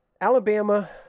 Alabama